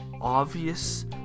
obvious